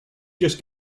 just